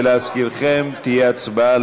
להזכירכם, תהיה הצבעה